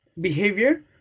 behavior